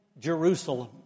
Jerusalem